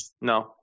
No